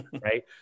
Right